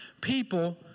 people